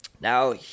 Now